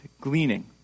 Gleaning